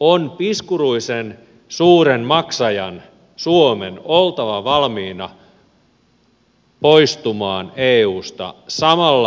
on piskuruisen suuren maksajan suomen oltava valmiina poistumaan eusta samalla ovenavauksella